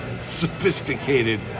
sophisticated